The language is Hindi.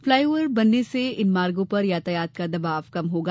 फ्लाई ओव्हर बनने से इन मार्गो पर यातायात का दबाव कम होगा